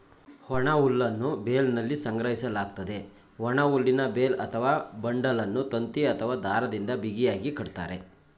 ಒಣಹುಲ್ಲನ್ನು ಬೇಲ್ನಲ್ಲಿ ಸಂಗ್ರಹಿಸಲಾಗ್ತದೆ, ಒಣಹುಲ್ಲಿನ ಬೇಲ್ ಅಥವಾ ಬಂಡಲನ್ನು ತಂತಿ ಅಥವಾ ದಾರದಿಂದ ಬಿಗಿಯಾಗಿ ಕಟ್ತರೆ